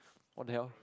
what the hell